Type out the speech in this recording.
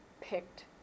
picked